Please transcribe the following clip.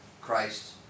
Christ